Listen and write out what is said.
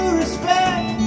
respect